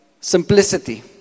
simplicity